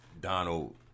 Donald